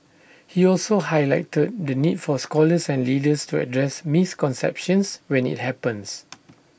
he also highlighted the need for scholars and leaders to address misconceptions when IT happens